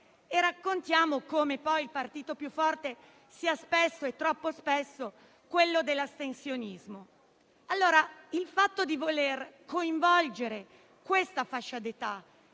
e raccontiamo come poi il partito più forte sia spesso, troppo spesso, quello dell'astensionismo. Allora il fatto di voler coinvolgere questa fascia d'età